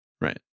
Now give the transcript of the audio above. Right